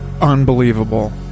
unbelievable